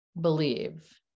believe